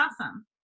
awesome